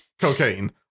Cocaine